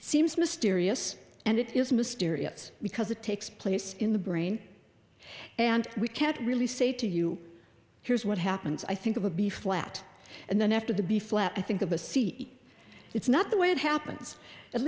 seems mysterious and it is mysterious because it takes place in the brain and we can't really say to you here's what happens i think it would be flat and then after the b flat i think of a seat it's not the way it happens at